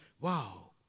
Wow